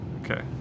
Okay